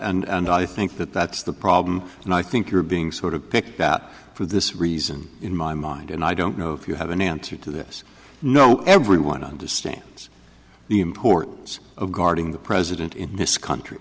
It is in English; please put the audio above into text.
g and i think that that's the problem and i think you're being sort of picked out for this reason in my mind and i don't know if you have an answer to this no everyone understands the importance of guarding the president in this country